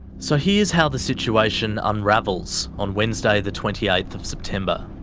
so here's how the situation unravels on wednesday the twenty eighth of september.